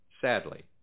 Sadly